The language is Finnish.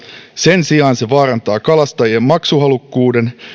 sen sijaan se vaarantaa kalastajien maksuhalukkuuden